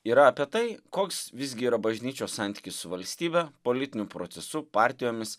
yra apie tai koks visgi yra bažnyčios santykis su valstybe politiniu procesu partijomis